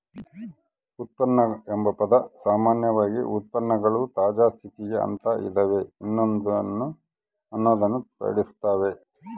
ಉತ್ಪನ್ನ ಎಂಬ ಪದ ಸಾಮಾನ್ಯವಾಗಿ ಉತ್ಪನ್ನಗಳು ತಾಜಾ ಸ್ಥಿತಿಗ ಅಂತ ಇದವ ಅನ್ನೊದ್ದನ್ನ ತಿಳಸ್ಸಾವ